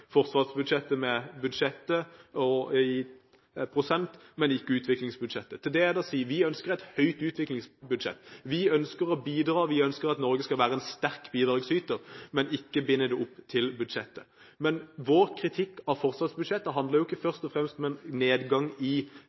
forsvarsbudsjettet med BNP i prosent, men ikke utviklingsbudsjettet. Til det er det å si: Vi ønsker et høyt utviklingsbudsjett. Vi ønsker å bidra, vi ønsker at Norge skal være en sterk bidragsyter, men vi ønsker ikke å binde det opp til budsjettet. Vår kritikk av forsvarsbudsjettet handler ikke først og fremst om en nedgang i